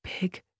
big